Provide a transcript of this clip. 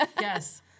yes